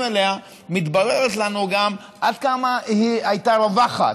עליה מתברר לנו עד כמה היא הייתה רווחת,